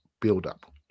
build-up